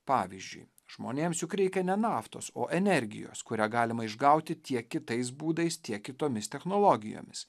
pavyzdžiui žmonėms juk reikia ne naftos o energijos kurią galima išgauti tiek kitais būdais tiek kitomis technologijomis